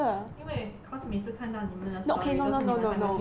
因为 cause 每次看到你们的 story 都是你们三个去吃